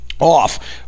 off